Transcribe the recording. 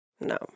no